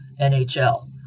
NHL